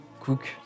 Cook